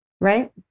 right